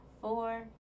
four